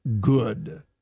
good